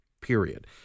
period